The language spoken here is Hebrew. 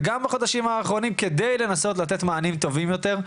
וגם בחודשים האחרונים כדי לנסות לתת מענים טובים יותר.